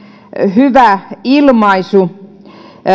hyvä ilmaisu